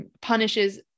punishes